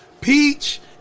Peach